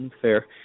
Fair